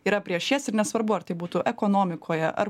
yra prieš jas ir nesvarbu ar tai būtų ekonomikoje ar